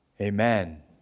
Amen